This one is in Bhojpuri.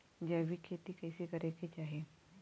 जैविक खेती कइसे करे के चाही?